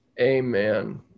Amen